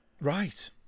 Right